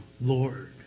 Lord